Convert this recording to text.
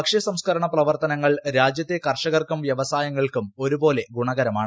ഭക്ഷ്യ സംസ്കരണ പ്രവർത്തനങ്ങൾ രാജ്യത്തെ കർഷകർക്കും വൃവസായങ്ങൾക്കും ഒരുപോലെ ഗുണകരമാണ്